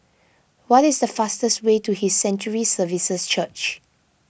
What is the fastest way to His Sanctuary Services Church